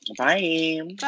bye